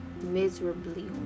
miserably